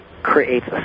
creates